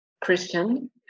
Christian